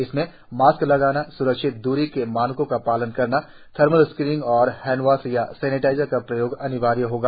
इसमें मास्क लगाना स्रक्षित दूरी के मानकों का पालन करना थर्मल स्कैनिंग और हैंडवॉश या सैनिटाइजर का प्रयोग अनिवार्य होगा